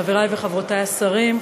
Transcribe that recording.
חברי וחברותי השרים,